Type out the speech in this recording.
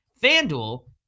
FanDuel